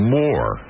more